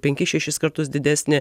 penkis šešis kartus didesnė